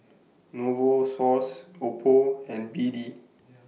Novosource Oppo and B D